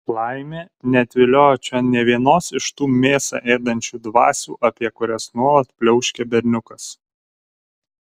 laimė neatviliojo čion nė vienos iš tų mėsą ėdančių dvasių apie kurias nuolat pliauškia berniukas